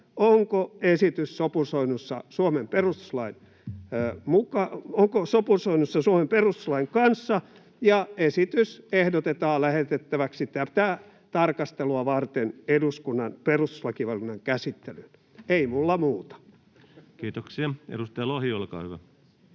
onko esitys sopusoinnussa Suomen perustuslain kanssa, ja esitys ehdotetaan lähetettäväksi tätä tarkastelua varten eduskunnan perustuslakivaliokunnan käsittelyyn. — Ei mulla muuta. [Speech 123] Speaker: